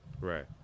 Right